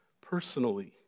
personally